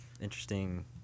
Interesting